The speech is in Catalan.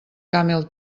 camel